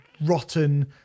rotten